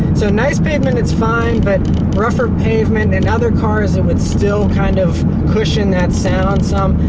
so, nice pavement, it's fine, but rougher pavement, in other cars, it would still kind of cushion that sound some.